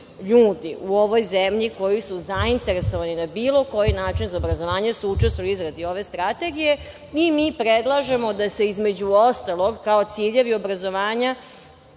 ljudi u ovoj zemlji koji su zainteresovani na bilo koji način za obrazovanje su učestvovali u izradi ove strategije. Mi predlažemo da se, između ostalog, kao ciljevi obrazovanja